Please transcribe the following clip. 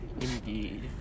Indeed